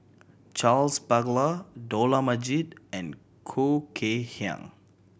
Charles Paglar Dollah Majid and Khoo Kay Hian